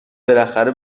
بالاخره